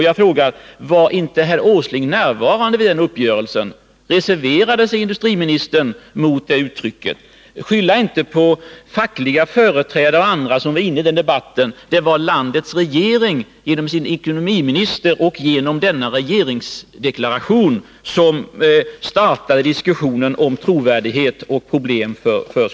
Jag frågar: Var inte herr Åsling närvarande vid den uppgörelsen, reserverade sig industriministern mot detta? Skyll inte på fackliga företrädare och andra som deltog i debatten. Det var landets regering, genom sin ekonomiminister och denna regeringsdeklaration, som startade diskussionen om trovärdighet och nya problem för NCB.